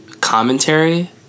commentary